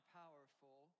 powerful